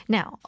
Now